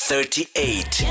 Thirty-eight